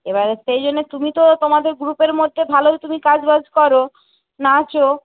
এবারে সেই জন্য তুমি তো তোমাদের গ্রুপের মধ্যে ভালোই তুমি কাজ বাজ করো নাচো